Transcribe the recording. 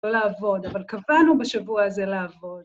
לא לעבוד, אבל קבענו בשבוע הזה לעבוד.